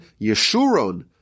Yeshurun